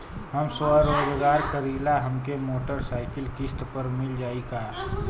हम स्वरोजगार करीला हमके मोटर साईकिल किस्त पर मिल जाई का?